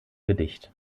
gedicht